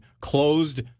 closed